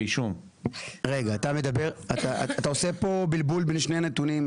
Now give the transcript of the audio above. אישום --- אתה עושה פה בלבול בין שני נתונים,